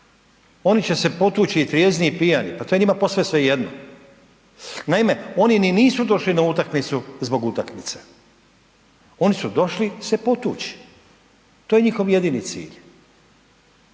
oni će se potući i trijezni i pijani, pa to je njima posve svejedno. Naime, oni ni nisu došli na utakmicu zbog utakmice, oni su došli se potuć, to je njihov jedini cilj.